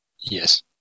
Yes